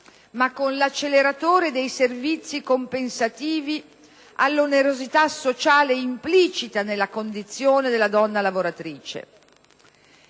ma con l'acceleratore dei servizi compensativi all'onerosità sociale implicita nella condizione della donna lavoratrice.